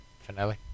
Finale